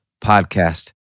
podcast